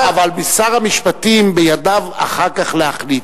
לא, אבל שר המשפטים, בידיו אחר כך להחליט.